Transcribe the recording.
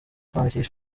kwandikisha